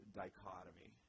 dichotomy